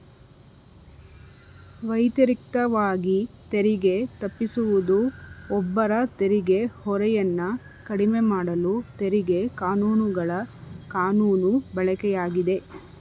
ವ್ಯತಿರಿಕ್ತವಾಗಿ ತೆರಿಗೆ ತಪ್ಪಿಸುವುದು ಒಬ್ಬರ ತೆರಿಗೆ ಹೊರೆಯನ್ನ ಕಡಿಮೆಮಾಡಲು ತೆರಿಗೆ ಕಾನೂನುಗಳ ಕಾನೂನು ಬಳಕೆಯಾಗಿದೆ